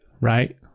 right